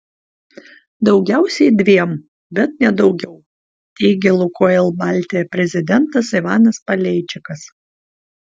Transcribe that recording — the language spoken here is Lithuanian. daugiausiai dviem bet ne daugiau teigė lukoil baltija prezidentas ivanas paleičikas